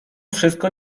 wszystko